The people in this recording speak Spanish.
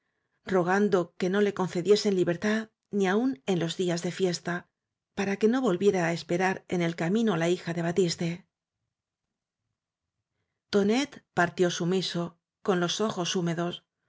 rogando que no e concediesen libertad ni aún en los días de fiesta para que no volviera á esperar en el ca mino á la hija de batiste tonet partió sumiso con los ojos húmedos